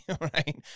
right